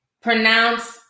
pronounce